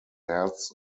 herz